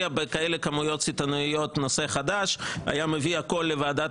בכמויות סיטונאיות כאלה נושא חדש והיה מביא הכול לוועדת